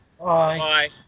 Bye